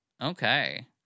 okay